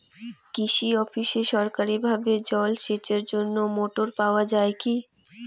কৃষি অফিসে সরকারিভাবে জল সেচের জন্য মোটর পাওয়া যায় কি?